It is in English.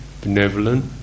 benevolent